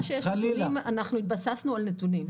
לא הנתונים, מה שיש אנחנו התבססנו על נתונים.